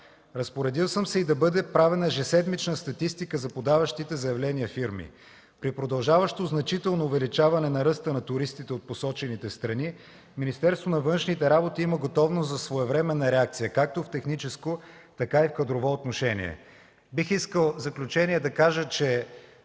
Разпоредил съм да бъде правена ежеседмична статистика от подаващите заявления фирми. При продължаващо значително увеличаване на ръста на туристите в посочените страни Министерството на външните работи има готовност за своевременна реакция както в техническо, така и в кадрово отношение. В заключение, бих искал да